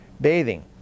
bathing